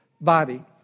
body